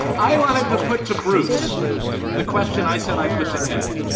i wanted to put to bruce the question i said i put to ed.